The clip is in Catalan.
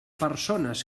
persones